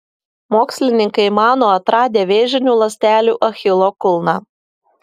mokslininkai mano atradę vėžinių ląstelių achilo kulną